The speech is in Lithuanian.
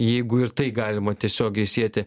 jeigu ir tai galima tiesiogiai sieti